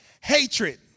hatred